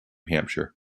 hampshire